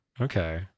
Okay